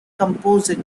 composite